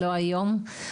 לא היום,